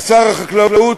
לשר החקלאות,